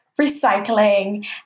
recycling